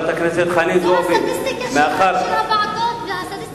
זו הסטטיסטיקה של הוועדות והסטטיסטיקה,